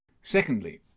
Secondly